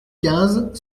quinze